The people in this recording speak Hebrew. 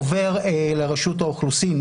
עובר לרשות האוכלוסין,